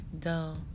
Dull